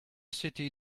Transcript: city